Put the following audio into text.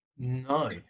No